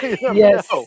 Yes